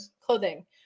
clothing